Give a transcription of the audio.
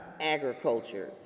agriculture